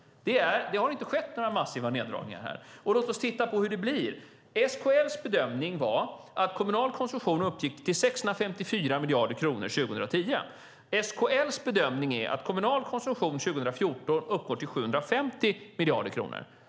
Det har inte skett några massiva neddragningar. Låt oss titta på hur det blir. SKL:s bedömning var att kommunal konsumtion uppgick till 654 miljarder kronor 2010. SKL:s bedömning är att kommunal konsumtion 2014 uppgår till 750 miljarder kronor.